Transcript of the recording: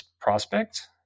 prospect